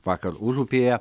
vakar užupyje